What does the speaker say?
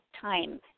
time